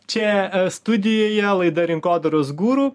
čia studijoje laida rinkodaros guru